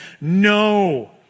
no